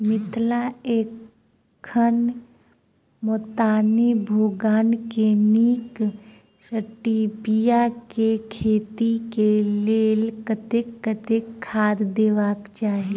मिथिला एखन मैदानी भूभाग मे नीक स्टीबिया केँ खेती केँ लेल कतेक कतेक खाद देबाक चाहि?